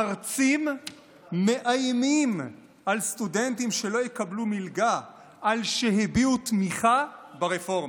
מרצים מאיימים על סטודנטים שלא יקבלו מלגה על שהביעו תמיכה ברפורמה.